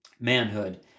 Manhood